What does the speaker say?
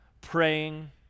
praying